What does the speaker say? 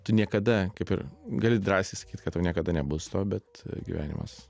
tu niekada kaip ir gali drąsiai sakyt kad tau niekada nebus to bet gyvenimas